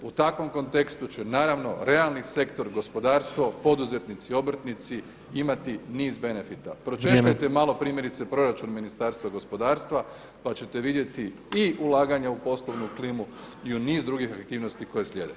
U takvom kontekstu će naravno realni sektor gospodarstvo, poduzetnici, obrtnici imati niz benefita [[Upadica predsjednik: Vrijeme.]] Pročešljajte malo primjerice proračun Ministarstva gospodarstva, pa ćete vidjeti i ulaganja u poslovnu klimu i u niz drugih aktivnosti koje slijede.